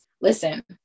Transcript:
listen